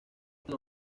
esta